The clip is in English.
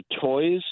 toys